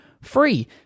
free